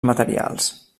materials